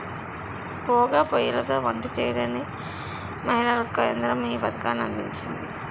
పోగా పోయ్యిలతో వంట చేయలేని మహిళలకు కేంద్రం ఈ పథకాన్ని అందించింది